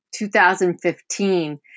2015